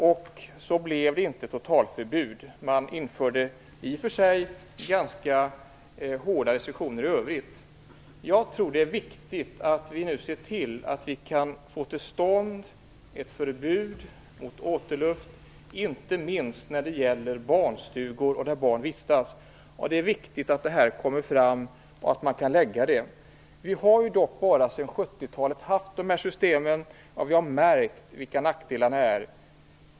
Det blev alltså inte ett totalförbud utan man införde restriktioner som i och för sig var ganska hårda. Jag tror att det är viktigt att vi nu får till stånd ett förbud mot återluft, inte minst när det gäller barnstugor och lokaler där barn vistas. Det är viktigt att detta kommer fram. Vi har ju bara haft de här systemen sedan 70-talet, men vi har märkt vilka nackdelar de har.